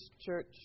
church